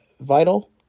Vital